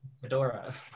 Fedora